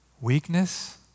Weakness